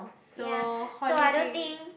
so holiday